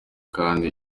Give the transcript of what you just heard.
kandi